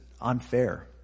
unfair